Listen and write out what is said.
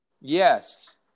Yes